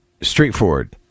straightforward